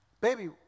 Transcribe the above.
baby